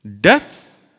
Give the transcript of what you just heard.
death